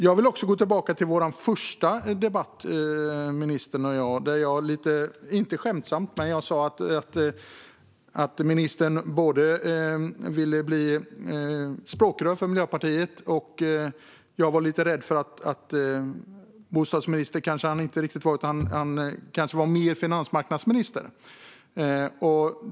Jag vill också gå tillbaka till min och ministerns första debatt, där jag sa att ministern ville bli språkrör för Miljöpartiet och att jag var lite rädd för att han kanske var mer finansmarknadsminister än bostadsminister.